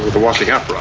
the washing up, right?